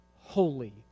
holy